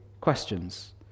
questions